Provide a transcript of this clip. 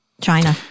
China